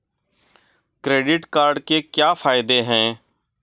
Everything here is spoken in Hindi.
क्रेडिट कार्ड के क्या फायदे हैं?